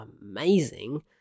amazing